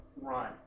run